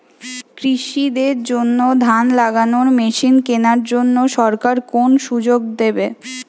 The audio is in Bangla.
কৃষি দের জন্য ধান লাগানোর মেশিন কেনার জন্য সরকার কোন সুযোগ দেবে?